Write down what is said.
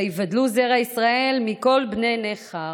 ויבדלו זרע ישראל מכל בני נכר".